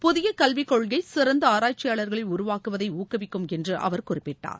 புதிய கல்வி கொள்கை சிறந்த ஆசிரியர்கள் உருவாவதை ஊக்குவிக்கும் என்று அவர் குறிப்பிட்டார்